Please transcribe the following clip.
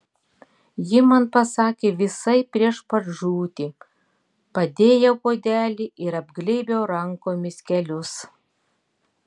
ji man pasakė visai prieš pat žūtį padėjau puodelį ir apglėbiau rankomis kelius